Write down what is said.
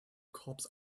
cops